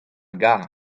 gar